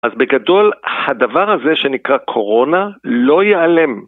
אז בגדול, הדבר הזה שנקרא קורונה, לא ייעלם.